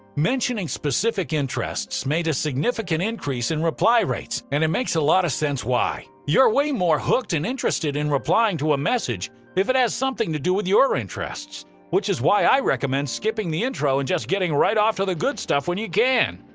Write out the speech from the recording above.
mentioning specific interests made a significant increase in reply rates and it makes a lot of sense why. you're way more hooked and interested in replying to a message if it has something to do with your interests which is why i recommend skipping the intro and just getting right to the good stuff when you open.